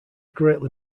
greatly